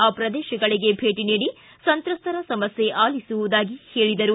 ಆ ಪ್ರದೇಶಗಳಿಗೆ ಭೇಟಿ ನೀಡಿ ಸಂತ್ರಸ್ತರ ಸಮಸ್ಯೆ ಆಲಿಸುವುದಾಗಿ ಹೇಳಿದರು